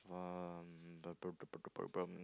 um